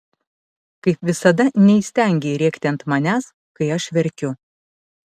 kaip visada neįstengei rėkti ant manęs kai aš verkiu